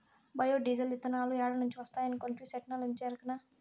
bio diesel, ఇతనాలు ఏడ నుంచి వస్తాయనుకొంటివి, సెట్టుల్నుంచే ఎరకనా